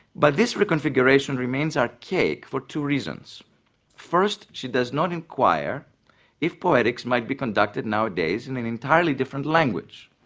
but this reconfiguration remains archaic for two reasons first, she does not enquire if poetics might be conducted nowadays in an entirely different language,